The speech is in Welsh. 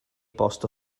bost